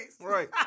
Right